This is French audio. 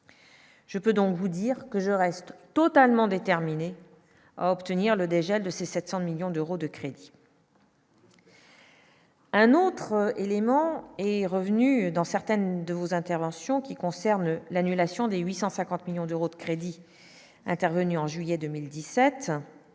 Je peux donc vous dire que je reste totalement déterminé à obtenir le dégel de ces 700 millions d'euros de crédit. Un autre élément est revenu dans certaines de vos interventions qui concernent l'annulation de 850 millions d'euros de crédit intervenue en juillet 2017,